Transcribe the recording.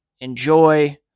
enjoy